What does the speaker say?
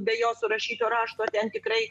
be jo surašyto rašto ten tikrai